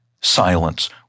silence